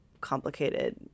complicated